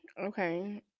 Okay